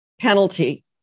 penalty